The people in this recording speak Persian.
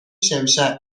شمشک